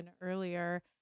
earlier